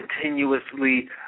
Continuously